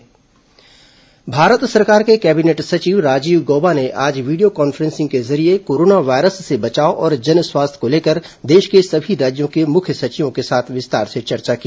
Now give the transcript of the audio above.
cabinet सचिव बैठक भारत सरकार के कैबिनेट सचिव राजीब गौबा ने आज वीडियो कॉन्फ्रेंसिंग के जरिये कोरोना वायरस से बचाव और जन स्वास्थ्य को लेकर देश के सभी राज्यों के मुख्य सचिवों के साथ विस्तार से चर्चा की